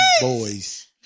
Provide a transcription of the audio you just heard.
boys